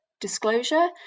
disclosure